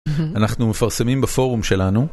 אנחנו מפרסמים בפורום שלנו.